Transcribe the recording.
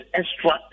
extra